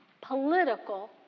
political